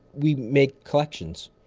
we made collections.